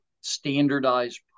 standardized